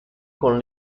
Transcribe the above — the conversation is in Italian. con